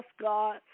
God